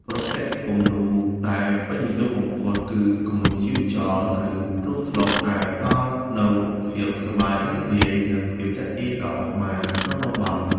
ប្រភេទគំនូរដែលពេញនិយមបំផុតគឺ គំនូរជីវចល ឬរូបត្លុក ដែលផ្ដល់នូវភាពសប្បាយរីករាយ និងភាពទាក់ទាញដល់កុមារក្នុងតំបន់។